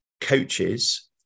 coaches